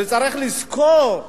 וצריך לזכור,